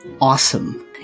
Awesome